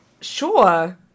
sure